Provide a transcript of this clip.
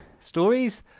stories